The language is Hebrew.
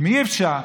אם אי-אפשר,